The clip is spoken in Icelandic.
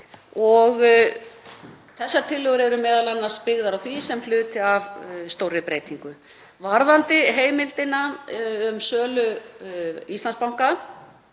og þessar tillögur eru m.a. byggðar á því sem hluti af stórri breytingu. Varðandi heimildina um sölu Íslandsbanka